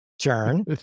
turn